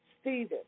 Stephen